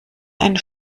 einen